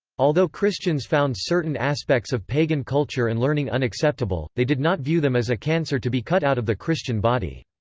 although christians found certain aspects of pagan culture and learning unacceptable, they did not view them as a cancer to be cut out of the christian body.